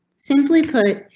simply put,